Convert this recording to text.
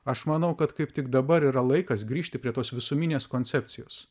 aš manau kad kaip tik dabar yra laikas grįžti prie tos visuminės koncepcijos